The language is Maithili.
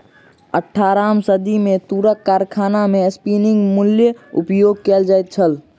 अट्ठारम सदी मे तूरक कारखाना मे स्पिन्निंग म्यूल उपयोग कयल जाइत छल